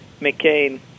McCain